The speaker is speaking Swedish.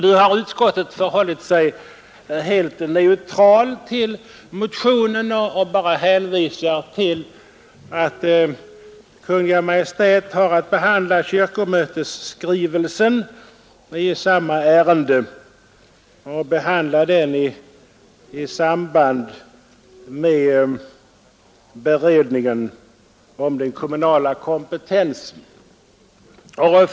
Nu har utskottet förhållit sig helt neutralt till motionen och bara hänvisat till att Kungl. Maj:t har att behandla kyrkomötesskrivelsen i samma ärende i samband med betänkandet om den kommunala kompetensen i kommunalrättsutredningen.